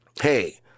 hey